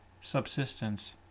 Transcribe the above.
subsistence